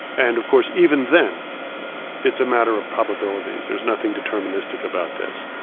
and of course even then it's a matter of probabilities, there's nothing deterministic about this.